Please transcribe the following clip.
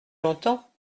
longtemps